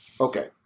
okay